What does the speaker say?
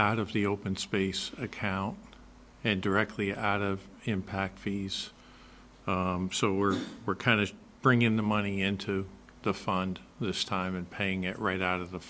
out of the open space account and directly out of impact fees so we're we're kind of bring in the money into the fund this time and paying it right out of the